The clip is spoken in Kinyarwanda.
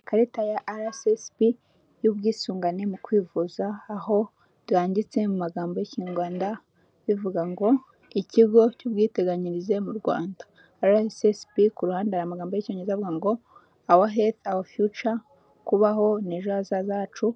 Ikarita ya RSSB y'ubwisungane mu kwivuza, aho byanditse mu magambo y'Ikinyarwanda bivuga ngo "Ikigo cy'Ubwiteganyirize mu Rwanda (RSSB)." Ku ruhande hari amagambo y'Icyongereza avuga ngo "our life our future" (Kubaho, ni ejo hazaza hacu).